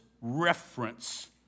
reference